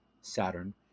Saturn